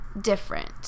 different